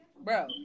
Bro